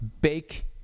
bake